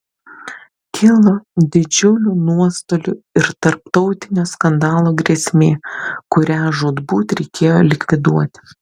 kilo didžiulių nuostolių ir tarptautinio skandalo grėsmė kurią žūtbūt reikėjo likviduoti